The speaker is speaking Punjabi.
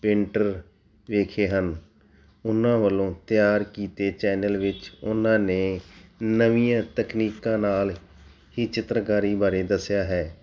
ਪੇਂਟਰ ਵੇਖੇ ਹਨ ਉਹਨਾਂ ਵੱਲੋਂ ਤਿਆਰ ਕੀਤੇ ਚੈਨਲ ਵਿੱਚ ਉਹਨਾਂ ਨੇ ਨਵੀਆਂ ਤਕਨੀਕਾਂ ਨਾਲ ਹੀ ਚਿੱਤਰਕਾਰੀ ਬਾਰੇ ਦੱਸਿਆ ਹੈ